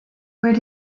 where